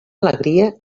alegria